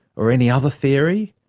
or any other theory.